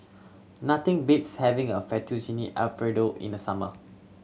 nothing beats having a Fettuccine Alfredo in the summer